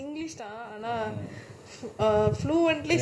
நம்ம கூட வந்துச்சுனா நல்லது:namma kooda vanthuchunaa nallathu